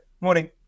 morning